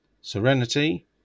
Serenity